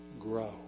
grow